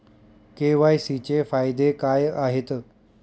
KYC चे फायदे काय आहेत?